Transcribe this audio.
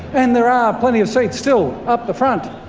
and there are plenty of seats still up the front,